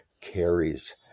carries